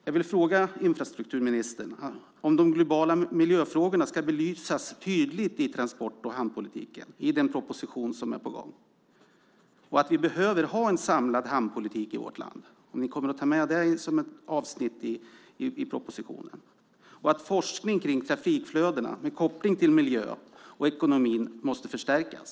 Jag vill fråga infrastrukturministern om de globala miljöfrågorna ska belysas tydligt i transport och hamnpolitiken i den proposition som är på gång. Vi behöver ha en samlad hamnpolitik i vårt land, och jag undrar om ni kommer att ta med det som ett avsnitt i propositionen liksom att forskning kring trafikflödena med koppling till miljön och ekonomin måste förstärkas.